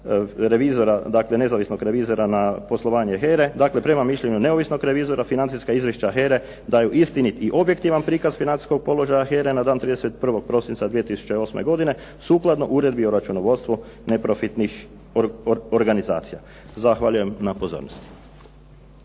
revizora, dakle nezavisnog revizora na poslovanje HERA-e. Dakle, prema mišljenju neovisnog revizora financijska izvješća HERA-e daju istinit i objektivan prikaz financijskog položaja HERA-e na dan 31. prosinca 2008. godine, sukladno Uredbi o računovodstvu neprofitnih organizacija. Zahvaljujem na pozornosti.